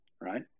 right